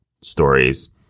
stories